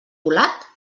volat